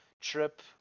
trip